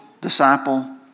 disciple